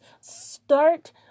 start